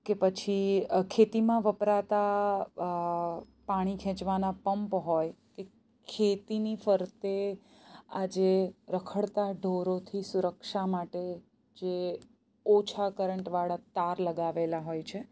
કે પછી ખેતીમાં વપરાતા પાણી ખેંચવાના પંપ હોય કે ખેતીની ફરતે આજે રખડતા ઢોરોથી સુરક્ષા માટે જે ઓછા કરંટવાળા તાર લગાવેલા હોય છે